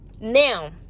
Now